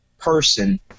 person –